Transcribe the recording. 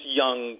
young